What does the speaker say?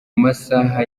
masaha